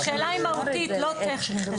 השאלה היא מהותית, לא טכנית.